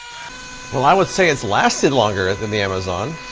well i would say it's lasted longer than the amazon